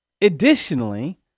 Additionally